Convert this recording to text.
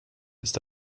ist